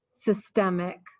systemic